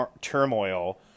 turmoil